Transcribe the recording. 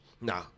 Nah